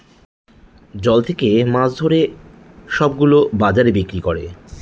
জল থাকে মাছ ধরে সব গুলো বাজারে বিক্রি করে